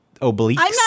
obliques